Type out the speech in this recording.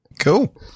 cool